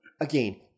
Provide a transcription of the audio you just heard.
again